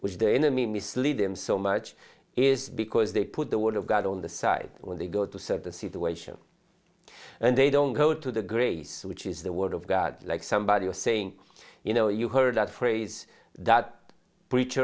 which the enemy mislead them so much is because they put the word of god on the side when they go to serve the situation and they don't go to the grace which is the word of god like somebody was saying you know you heard that phrase that